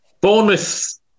Bournemouth